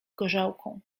gorzałką